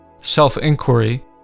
self-inquiry